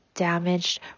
damaged